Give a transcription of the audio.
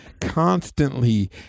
constantly